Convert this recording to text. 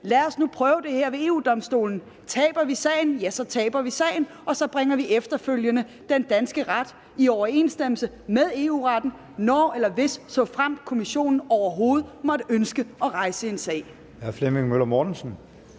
Lad os nu prøve det her ved EU-Domstolen; taber vi sagen, ja, så taber vi sagen, og så bringer vi efterfølgende den danske ret i overensstemmelse med EU-retten, når eller hvis eller såfremt Kommissionen overhovedet måtte ønske at rejse en sag. Kl. 11:17 Formanden: Hr. Flemming Møller Mortensen.